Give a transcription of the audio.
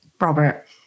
Robert